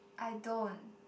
I don't